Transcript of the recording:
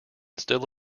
still